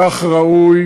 כך ראוי